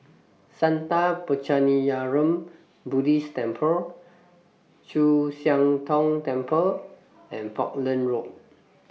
Sattha Puchaniyaram Buddhist Temple Chu Siang Tong Temple and Falkland Road